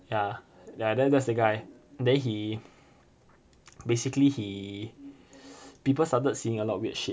ya ya then that's the guy then he basically he people started seeing a lot of weird shit